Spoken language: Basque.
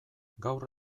gaur